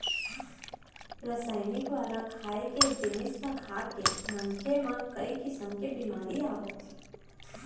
रसइनिक वाला खाए के जिनिस ल खाके मनखे म कइ किसम के बेमारी आवत हे